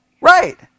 Right